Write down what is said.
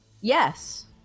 yes